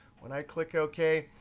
when i click ok,